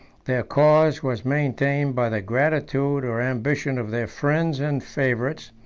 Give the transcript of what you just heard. their cause was maintained by the gratitude or ambition of their friends and favorites.